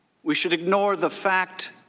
we should ignore the fact